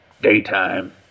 Daytime